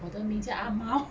我的名叫 ah mao